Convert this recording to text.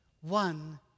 One